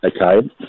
Okay